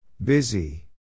Busy